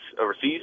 overseas